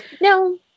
No